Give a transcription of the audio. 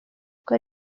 kuko